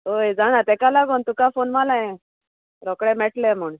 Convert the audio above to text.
होय जाणा तेका लागोन तुका फोन मारें रोकडें मेळटलें म्हूण